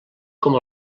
com